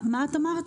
מה את אמרת?